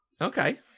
Okay